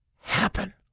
happen